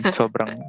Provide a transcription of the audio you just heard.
sobrang